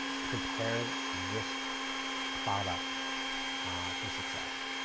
prepare this product for success.